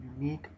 unique